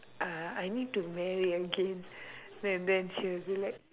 ah I need to marry again and then she'll be like